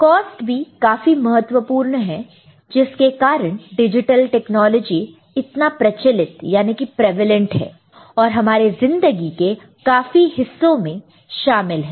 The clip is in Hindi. कॉस्ट भी काफी महत्वपूर्ण है जिसके कारण डिजिटल टेक्नोलॉजी इतना प्रचलित प्रिवलन्ट prevalent है और हमारे जिंदगी के काफी हिस्सों में शामिल है